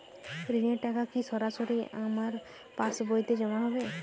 ঋণের টাকা কি সরাসরি আমার পাসবইতে জমা হবে?